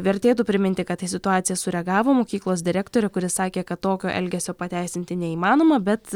vertėtų priminti kad į situaciją sureagavo mokyklos direktorė kuri sakė kad tokio elgesio pateisinti neįmanoma bet